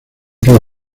view